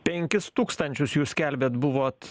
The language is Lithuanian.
penkis tūkstančius jūs skelbiat buvot